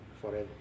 forever